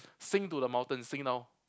sing to the mountains sing now